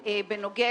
בפרוטוקול.